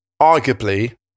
arguably